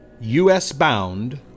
U.S.-bound